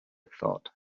thought